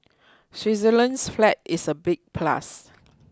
Switzerland's flag is a big plus